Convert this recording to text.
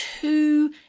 two